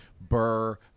Burr